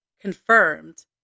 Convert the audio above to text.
confirmed